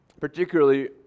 particularly